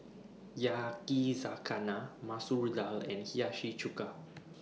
Yakizakana Masoor Dal and Hiyashi Chuka